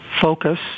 focus